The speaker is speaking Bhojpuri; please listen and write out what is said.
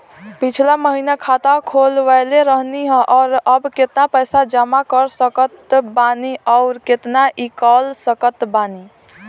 पिछला महीना खाता खोलवैले रहनी ह और अब केतना पैसा जमा कर सकत बानी आउर केतना इ कॉलसकत बानी?